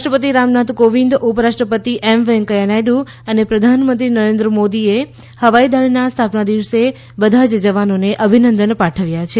રાષ્ટ્રપતિ રામનાથ કોવિંદ ઉપરાષ્ટ્રપતિ વેકૈંયા નાયડુ અને પ્રધાનમંત્રી નરેન્દ્ર મોદીએ હવાઈદળના સ્થાપના દિવસે બધા જ જવાનોને અભિનંદન આપ્યા છે